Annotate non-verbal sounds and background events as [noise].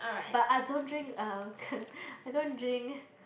but I don't drink uh [laughs] I don't drink